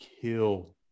kill